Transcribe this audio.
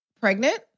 Pregnant